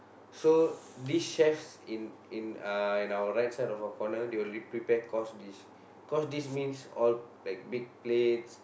so these chefs in in uh in our right side of our corner they will prepare course dish course dish means all like big plates